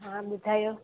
हा ॿुधायो